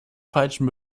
falschen